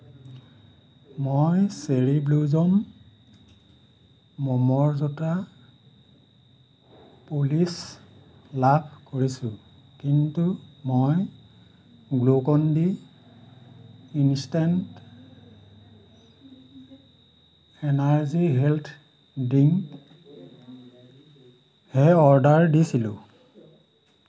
মই cherry blossom মোমৰ জোতা পলিচ লাভ কৰিছোঁ কিন্তু মই Glucon D instant energy health ড্ৰিংকহে অৰ্ডাৰ দিছিলোঁ